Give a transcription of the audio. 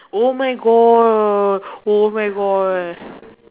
oh my God oh my God